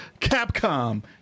Capcom